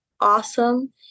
awesome